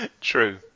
True